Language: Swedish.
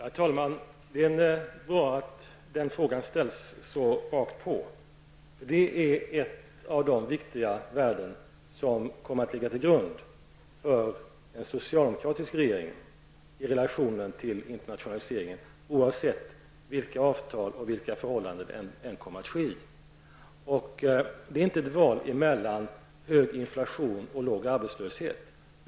Herr talman! Det är bra att den frågan ställs så rakt på. Det är nämligen ett av de viktiga värden som kommer att ligga till grund för en socialdemokratisk regering i relationen till internationaliseringen oavsett vilka avtal som gäller och vilka förhållanden som råder. Det är inte ett val mellan hög inflation och låg arbetslöshet.